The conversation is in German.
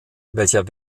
welcher